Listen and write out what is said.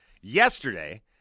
Yesterday